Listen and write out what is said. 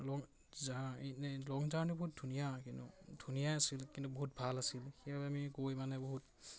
লং journey বহুত ধুনীয়া কিন্তু আছিল কিন্তু বহুত ভাল আছিল সেইবাবে আমি কৈ মানে বহুত